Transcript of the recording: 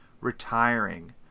retiring